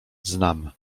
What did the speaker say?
znam